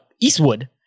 Eastwood